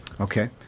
Okay